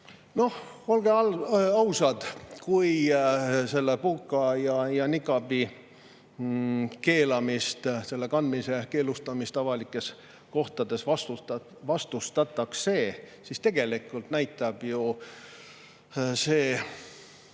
olgem ausad, kui burka ja nikaabi keelamist, selle kandmise keelustamist avalikes kohtades vastustatakse, siis tegelikult näitab see